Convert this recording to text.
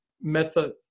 method